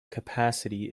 capacity